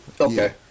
Okay